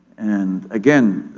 and again,